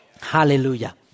Hallelujah